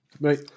Right